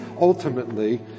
ultimately